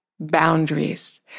boundaries